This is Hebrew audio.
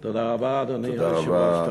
תודה רבה, אדוני היושב-ראש.